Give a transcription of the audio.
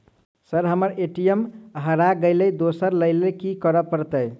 Sir हम्मर ATM हरा गइलए दोसर लईलैल की करऽ परतै?